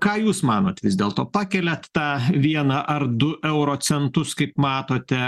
ką jūs manot vis dėlto pakeliat tą vieną ar du euro centus kaip matote